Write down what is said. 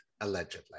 allegedly